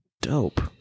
dope